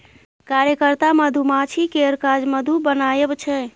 कार्यकर्ता मधुमाछी केर काज मधु बनाएब छै